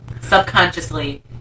subconsciously